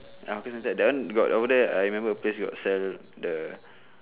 ya hawker centre that one got over there I remember that place got sell the